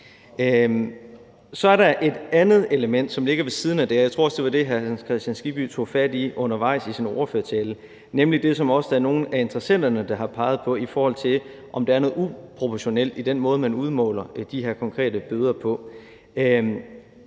Så er der et andet element, som ligger ved siden af det, og jeg tror også, det var det, hr. Hans Kristian Skibby tog fat i undervejs i sin ordførertale, nemlig det, som der også er nogle af interessenterne der har peget på, i forhold til om der er noget uproportionelt i den måde, man udmåler de her konkrete bøder på.